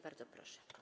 Bardzo proszę.